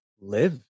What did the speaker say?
live